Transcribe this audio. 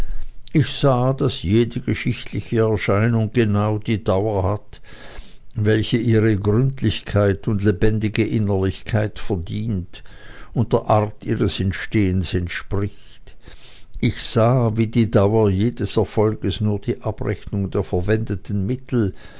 ich sah daß jede geschichtliche erscheinung genau die dauer hat welche ihre gründlichkeit und lebendige innerlichkeit verdient und der art ihres entstehens entspricht ich sah wie die dauer jedes erfolges nur die abrechnung der verwendeten mittel